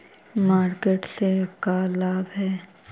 Market से का लाभ है?